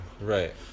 right